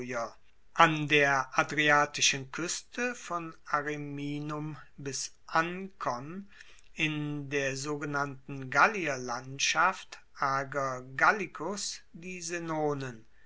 an der adriatischen kueste von ariminum bis ankon in der sogenannten gallierlandschaft ager gallicus die senonen